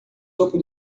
topo